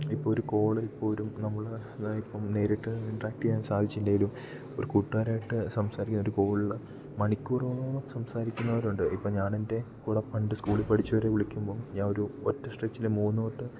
ഇപ്പം ഒരു ക്കോള് പോലും നമ്മൾ ഇതായിപ്പം നേരിട്ട് ഇൻട്രാക്റ്റ് ചെയ്യാൻ സാധിച്ചില്ലെങ്കിലും ഒരു കൂട്ടാരായിട്ട് സംസാരിക്കുന്ന ഒരു കോളിൽ മണിക്കൂറോളം സംസാരിക്കിന്നവർ ഉണ്ട് ഇപ്പം ഞാൻ എൻ്റെ കൂടെ പണ്ടൂ സ്കൂളിൽ പഠിച്ചവരെ വിളിക്കുമ്പം ഞാൻ ഒരു ഒറ്റ സ്ട്രെച്ചിൽ മൂന്ന് വട്ട്